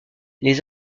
les